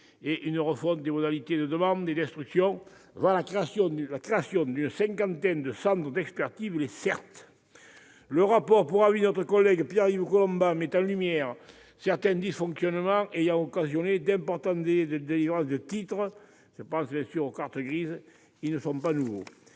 et une refonte des modalités de demande et d'instruction, la création d'une cinquantaine de centres d'expertise, les CERT. Dans son rapport pour avis, notre collègue Pierre-Yves Collombat met en lumière certains dysfonctionnements ayant occasionné d'importants délais de délivrance de titres- je pense bien sûr aux cartes grises. Ils ne sont pas nouveaux